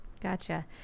gotcha